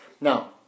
Now